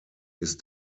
ist